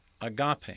agape